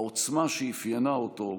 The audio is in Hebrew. בעוצמה שאפיינה אותו,